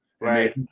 right